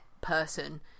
person